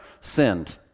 sinned